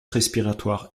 respiratoire